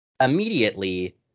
immediately